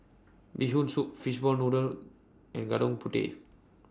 Bee Hoon Soup Fishball Noodle and Gudeg Putih